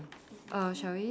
err shall we